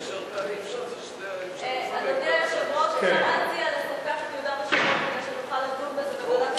אפשר להציע לספח את יהודה ושומרון כדי שנוכל לדון בזה בוועדת,